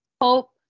hope